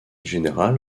général